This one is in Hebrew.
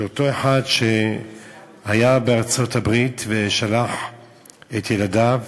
של אותו אחד שהיה בארצות-הברית ושלח את ילדיו,